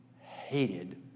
hated